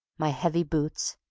my heavy boots,